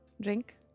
Drink